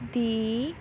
ਦੀ